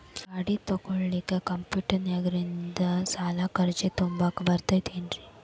ಗಾಡಿ ತೊಗೋಳಿಕ್ಕೆ ಕಂಪ್ಯೂಟೆರ್ನ್ಯಾಗಿಂದ ಸಾಲಕ್ಕ್ ಅರ್ಜಿ ತುಂಬಾಕ ಬರತೈತೇನ್ರೇ?